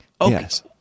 Yes